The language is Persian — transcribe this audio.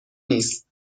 نیست